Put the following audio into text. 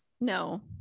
No